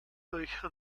durch